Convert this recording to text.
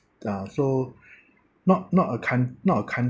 uh so not not a coun~ not a country